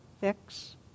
fix